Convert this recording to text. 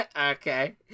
Okay